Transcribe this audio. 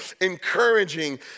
encouraging